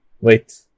Wait